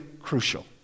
crucial